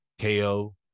KO